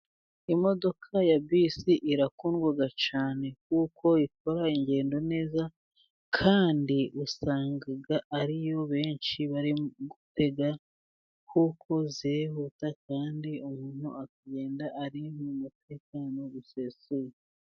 Imodoka ya bisi irakundwa cyane , kuko ikora ingendo neza, kandi usanga ariyo benshi bari gutega, kuko irihuta kandi umuntu akagenda ari mu mutekano usesuye.